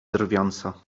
drwiąco